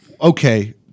okay